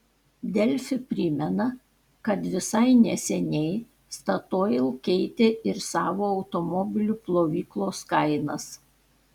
delfi primena kad visai neseniai statoil keitė ir savo automobilių plovyklos kainas